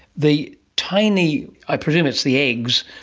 the tiny, i presume it's the eggs,